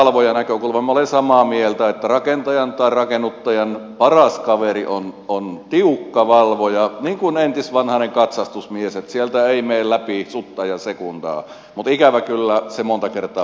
minä olen samaa mieltä että rakentajan tai rakennuttajan paras kaveri on tiukka valvoja niin kuin entisvanhainen katsastusmies että sieltä ei mene läpi sutta ja sekundaa mutta ikävä kyllä se monta kertaa pettää